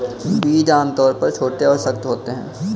बीज आमतौर पर छोटे और सख्त होते हैं